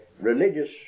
religious